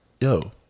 Yo